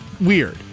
weird